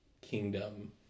kingdom